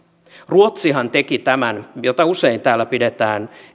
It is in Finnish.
ruotsihan jota usein täällä pidetään